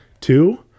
Two